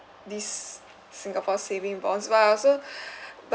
this singapore savings bonds but I also but